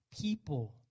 people